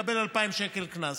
מקבל 2,000 שקל קנס.